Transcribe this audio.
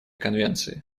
конвенции